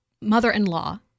mother-in-law